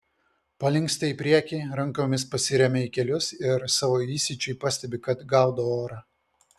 palinksta į priekį rankomis pasiremia į kelius ir savo įsiūčiui pastebi kad gaudo orą